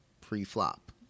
pre-flop